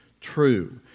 true